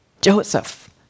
Joseph